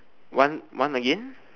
one one again